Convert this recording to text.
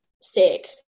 sick